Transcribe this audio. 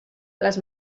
les